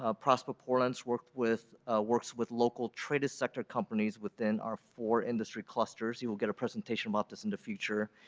ah prosper portland's works with works with local trade sector companies within our four industry clusters. you'll get a presentation about this in the future.